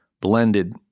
blended